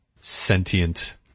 sentient